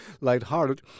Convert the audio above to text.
lighthearted